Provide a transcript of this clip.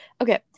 Okay